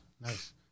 nice